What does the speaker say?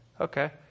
okay